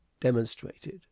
demonstrated